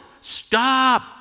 stop